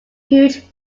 huge